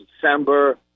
December